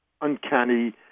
uncanny